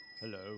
Hello